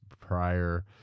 prior